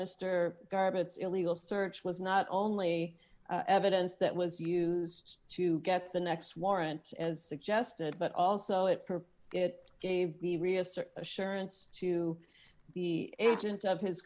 mister garbutt illegal search was not only evidence that was used to get the next warrant as suggested but also it it gave the reassert assurance to the agent of his